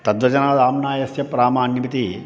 तद्वचनादाम्नायस्य प्रामाण्यमिति